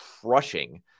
crushing